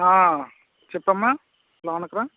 చెప్పమ్మా మౌనిక